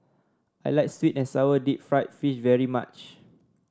I like sweet and sour Deep Fried Fish very much